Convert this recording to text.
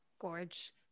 Gorge